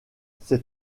ces